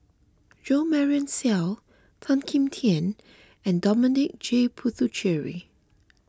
Jo Marion Seow Tan Kim Tian and Dominic J Puthucheary